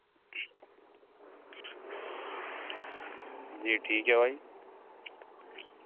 जी ठीक है भाई